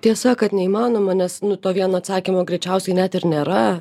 tiesa kad neimanoma nes nu to vieno atsakymo greičiausiai net ir nėra